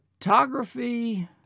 photography